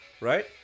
right